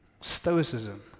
Stoicism